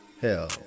hell